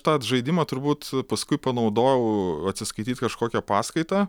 tą žaidimą turbūt paskui panaudojau atsiskaityt kažkokią paskaitą